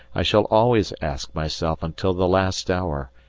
i shall always ask myself until the last hour,